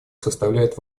составляет